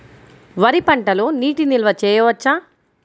వరి పంటలో నీటి నిల్వ చేయవచ్చా?